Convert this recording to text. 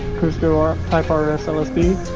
cusco um type ah rs lsd